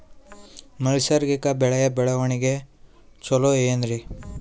ನೈಸರ್ಗಿಕ ಬೆಳೆಯ ಬೆಳವಣಿಗೆ ಚೊಲೊ ಏನ್ರಿ?